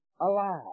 alive